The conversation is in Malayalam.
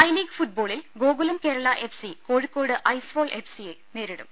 ഐ ലീഗ് ഫുട്ബോളിൽ ഗോഗുലം കേരള എഫ്സി കോഴി ക്കോട്ട് ഐസ്വാൾ എഫ്സിയെ നേരിടും